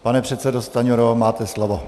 Pane předsedo Stanjuro, máte slovo.